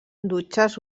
dutxes